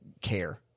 care